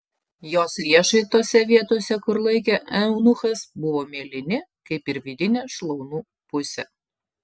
jos riešai tose vietose kur laikė eunuchas buvo mėlyni kaip ir vidinė šlaunų pusė